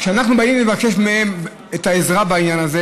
כשאנחנו באים לבקש מהן את העזרה בעניין הזה,